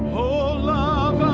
o love